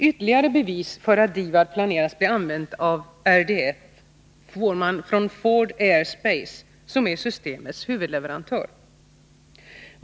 Ytterligare bevis för att DIVAD planeras bli använt av RDF fås från Ford Aerospace, som är systemets huvudleverantör.